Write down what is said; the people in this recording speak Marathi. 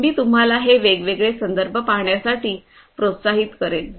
मी तुम्हाला हे वेगवेगळे संदर्भ पाहण्यासाठी प्रोत्साहित करेन